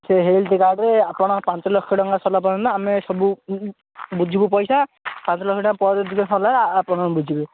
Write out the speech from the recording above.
ସେ health card ରେ ଆପଣ ପାଞ୍ଚଲକ୍ଷ ଟଙ୍କା ସଲା ପର୍ଯ୍ୟନ୍ତ ଆମେ ସବୁ ବୁଝିବୁ ପଇସା ସାତଲକ୍ଷ ଟଙ୍କା ପରେ ସାରିଲେ ଆପଣ ବୁଝିବେ